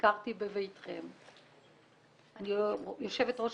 ביקרתי בבתי המשפחות אני גם יושבת-ראש